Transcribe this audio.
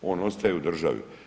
On ostaje u državi.